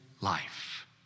life